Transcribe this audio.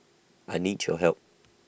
I need your help